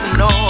no